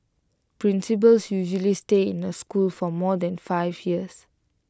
principals usually stay in A school for more than five years